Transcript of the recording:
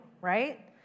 right